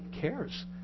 cares